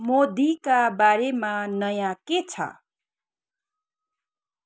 मोदीका बारेमा नयाँ के छ